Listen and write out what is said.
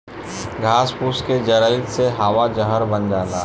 घास फूस के जरइले से हवा जहर बन जाला